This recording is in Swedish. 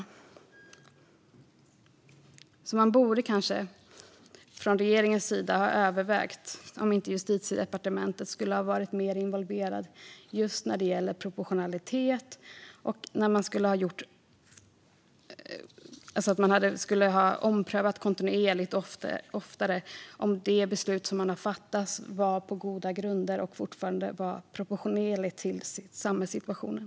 Alltså borde regeringen kanske ha övervägt om inte Justitiedepartementet skulle ha varit mer involverat just när det gällde proportionalitet. Man skulle ha omprövat kontinuerligt och oftare om de beslut man fattat var på goda grunder och fortfarande var proportionella mot samhällssituationen.